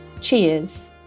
Cheers